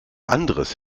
anderes